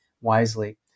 wisely